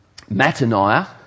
Mataniah